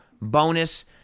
bonus